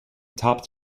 top